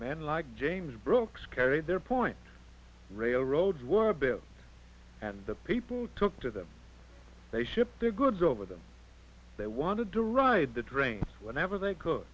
men like james brooks carry their point railroads were built and the people took to them they ship their goods over them they wanted to ride the drink whenever they cook